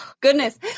goodness